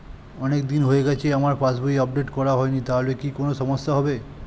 অনেকদিন হয়ে গেছে আমার পাস বই আপডেট করা হয়নি তাহলে কি কোন সমস্যা হবে?